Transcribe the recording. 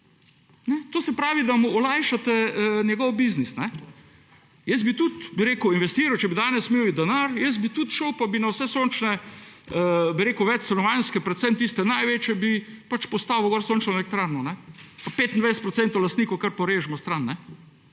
To se pravi, da mu olajšate njegov biznis. Jaz bi tudi bi rekel investiral, če bi danes imel denar, jaz bi tudi šel, pa bi na vse sončne bi rekel večstanovanjske, predvsem tiste največje bi pač postavil gor sončno elektrarno, pa 25 % lastnikov kar porežimo stran,